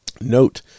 note